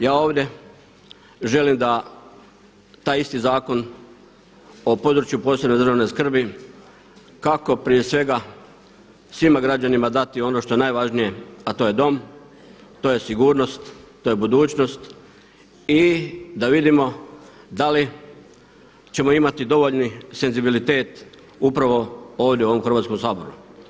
Ja ovdje želim da taj isti zakon o području posebne državne skrbi kako prije svega svima građanima dati ono što je najvažnije a to je dom, to je sigurnost, to je budućnost i da vidimo da li ćemo imati dovoljni senzibilitet upravo ovdje u ovom Hrvatskom saboru.